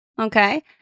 Okay